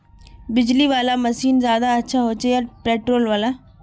बिजली वाला मशीन ज्यादा अच्छा होचे या पेट्रोल वाला?